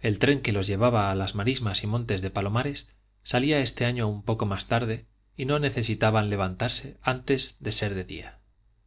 el tren que los llevaba a las marismas y montes de palomares salía este año un poco más tarde y no necesitaban levantarse antes del ser de día